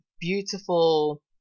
beautiful